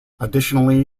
additionally